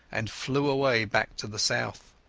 and flew away back to the south.